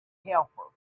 helper